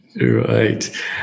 Right